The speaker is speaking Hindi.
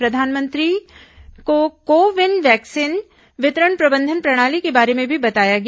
प्रधानमंत्री को को विन वैक्सीन वितरण प्रबंधन प्रणाली के बारे में भी बताया गया